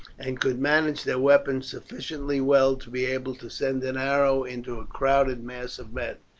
and could manage their weapons sufficiently well to be able to send an arrow into a crowded mass of men.